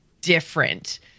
different